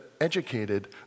educated